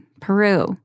Peru